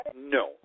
No